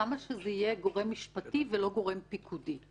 למה שזה יהיה גורם משפטי ולא גורם פיקודי?